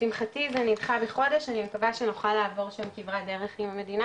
לשמחתי זה נדחה בחודש אני מקווה שנוכל לעבור שם כברת דרך עם המדינה,